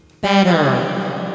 better